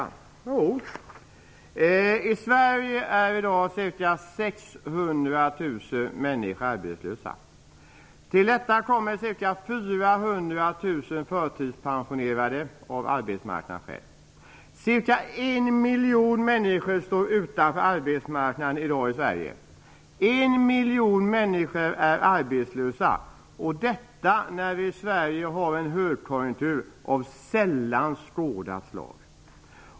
Jo, i Sverige är i dag ca 600 000 människor arbetslösa. Till detta kommer ca 400 000 som är förtidspensionerade av arbetsmarknadsskäl. Ungefär en miljon människor står i dag alltså utanför arbetsmarknaden i Sverige. En miljon människor är arbetslösa - och detta när vi i Sverige har en högkonjunktur av sällan skådat slag.